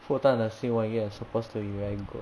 复旦的新闻院 supposed to be very good